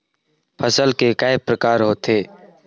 फसल के कय प्रकार होथे?